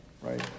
right